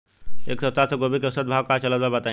एक सप्ताह से गोभी के औसत भाव का चलत बा बताई?